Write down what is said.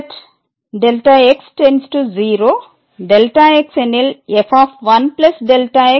limit Δx→0 Δx எனில் f 1 x f1 x